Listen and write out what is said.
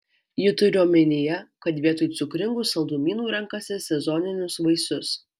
ji turi omenyje kad vietoj cukringų saldumynų renkasi sezoninius vaisius